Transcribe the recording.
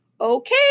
Okay